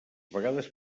vegades